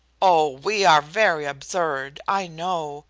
oh, we are very absurd, i know,